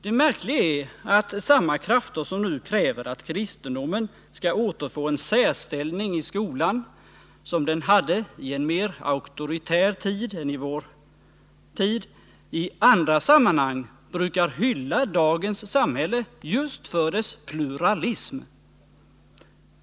Det märkliga är att samma krafter som nu kräver att kristendomen skall återfå en särställning i skolan, så som den hade i en mer auktoritär tid än vår, i andra sammanhang brukar hylla dagens samhälle just för dess pluralism.